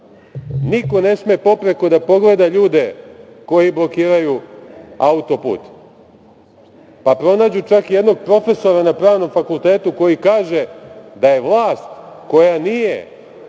niko ne sme popreko da pogleda ljude koji blokiraju autoput, pa pronađu čak i jednog profesora na Pravnom fakultetu koji kaže da je vlast koja nije